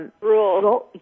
Rules